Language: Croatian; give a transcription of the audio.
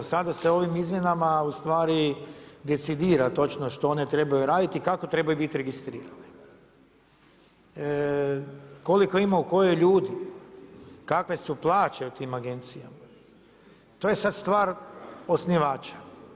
Sad se ovim izmjenama decidira točno što one trebaju raditi i kako trebaju biti registrirane, koliko ima u kojoj ljudi, kakve su plaće u tim agencijama, to je sada stvar osnivača.